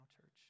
church